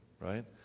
right